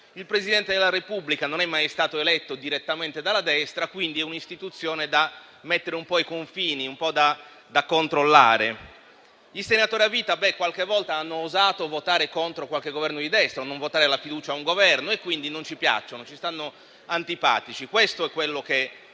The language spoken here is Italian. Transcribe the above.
Il Presidente della Repubblica non è mai stato eletto direttamente dalla destra, quindi è un'istituzione da mettere un po' ai confini, un po' da controllare. I senatori a vita qualche volta hanno osato votare contro qualche Governo di destra o non votare la fiducia a un Governo, quindi non ci piacciono, ci stanno antipatici. Questo è quello che